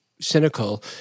cynical